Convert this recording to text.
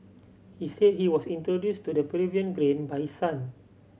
he said he was introduced to the Peruvian grain by son